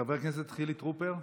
חבר הכנסת חילי טרוּפר.